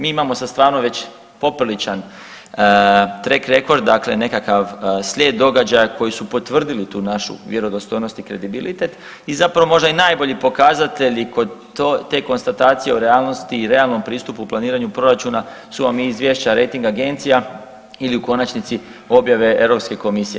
Mi imamo sad stvarno već popriličan trek rekord, dakle nekakav slijed događaja koji su potvrdili tu našu vjerodostojnost i kredibilitet i zapravo možda najbolji pokazatelji kod te konstatacije o realnosti i realnom pristupu proračuna su vam izvješća rejting agencija, ili u konačnici objave Europske komisije.